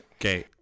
Okay